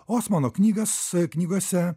osmano knygas knygose